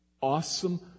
awesome